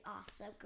awesome